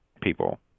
people